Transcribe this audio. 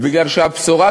בגלל שהבשורה,